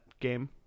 game